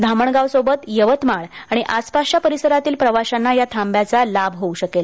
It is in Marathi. धामणगाव सोबत यवतमाळ आणि आसपासच्या परिसरातील प्रवाशांना या थांब्याचा लाभ होऊ शकेल